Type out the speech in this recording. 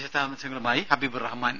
വിശദാംശങ്ങളുമായി ഹബീബ് റഹ്മാൻ